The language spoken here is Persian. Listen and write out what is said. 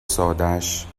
سادش